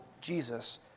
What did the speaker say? Jesus